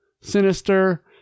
Sinister